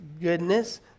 goodness